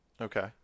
Okay